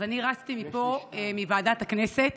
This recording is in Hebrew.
אז אני רצתי מפה, מוועדת הכנסת,